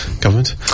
Government